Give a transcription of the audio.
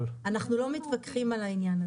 אנחנו לא מתווכחים על העניין הזה.